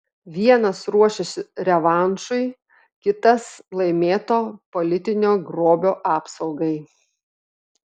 vienas ruošis revanšui kitas laimėto politinio grobio apsaugai